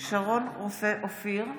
שרון רופא אופיר,